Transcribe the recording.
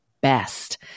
best